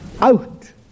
...out